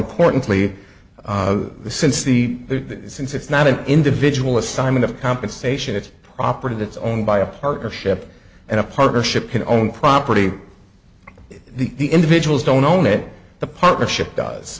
importantly since the since it's not an individual assignment of compensation it's property that's owned by a partnership and a partnership can own property the individuals don't own it the partnership